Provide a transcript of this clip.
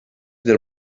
del